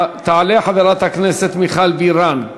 תעלה חברת הכנסת מיכל בירן,